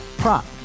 prop